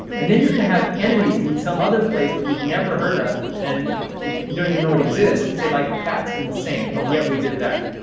and then you're going to have enemies in some other place that you've never heard of, and and you don't even know it exists. you'd say like, that's insane, and yet we did that.